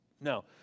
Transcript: No